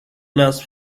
las